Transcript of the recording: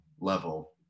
level